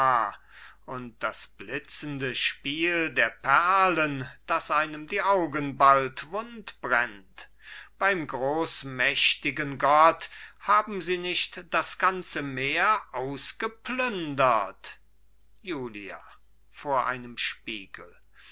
und das blitzende spiel der perlen das einem die augen bald wund brennt beim großmächtigen gott haben sie nicht das ganze meer ausgeplündert julia vor einem spiegel